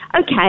Okay